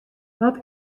wat